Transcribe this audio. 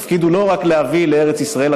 התפקיד הוא לא רק להביא לארץ ישראל,